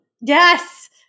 Yes